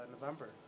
November